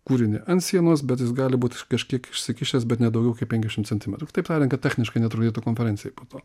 kūrinį ant sienos bet jis gali būti kažkiek išsikišęs bet ne daugiau kaip penkiasdešimt centimetrų kitaip tariant kad techniškai netrukdytų konferencijai po to